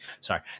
sorry